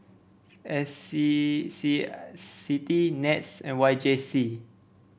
S C C CITI NETS and Y J C